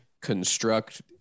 construct